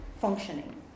functioning